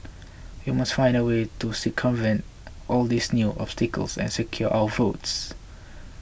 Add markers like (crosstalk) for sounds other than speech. (noise) we must find a way to circumvent all these new obstacles and secure our votes